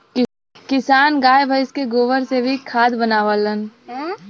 किसान गाय भइस के गोबर से भी खाद बनावलन